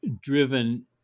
driven